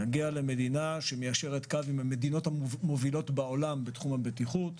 למדינה שמיישרת קו עם המדינות המובילות בעולם בתחום הבטיחות,